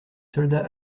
soldats